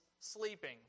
sleeping